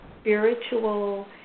spiritual